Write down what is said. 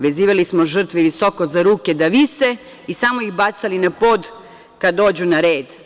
Vezivali smo žrtve visoko za ruke da vise i samo ih bacali na pod kad dođu na red.